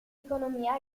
economia